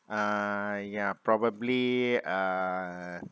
uh ya probably uh